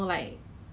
value shop lah